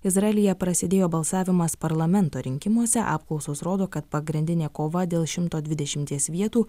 izraelyje prasidėjo balsavimas parlamento rinkimuose apklausos rodo kad pagrindinė kova dėl šimto dvidešimties vietų